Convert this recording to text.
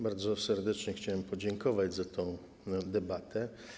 Bardzo serdecznie chciałem podziękować za tę debatę.